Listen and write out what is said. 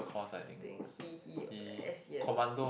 I think he he s_c_s ah